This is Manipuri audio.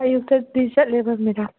ꯑꯌꯨꯛꯇꯗꯤ ꯆꯠꯂꯦꯕ ꯃꯦꯗꯥꯝ